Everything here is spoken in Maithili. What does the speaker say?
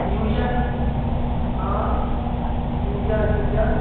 यूरिआके हँ यूरिआ यूरिआ